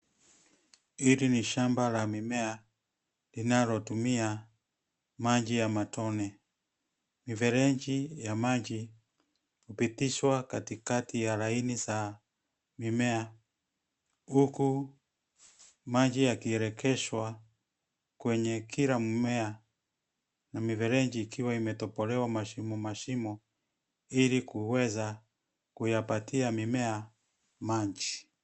Hili ni shamba la mimea linalotumia maji ya matone mifereji ya maji hupitishwa katikati ya laini za mimea huku maji yakielekeshwa kwenye kila mmea na mifereji ikiwa imetobolewa mashimo mashimo ili kuweza kuyapatia mimea maji.